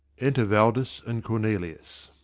enter valdes and cornelius.